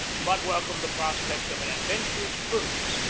but welcomed the prospect of an adventurous cruise.